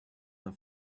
the